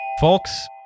Folks